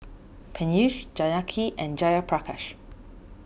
Peyush Janaki and Jayaprakash